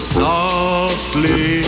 softly